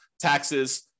taxes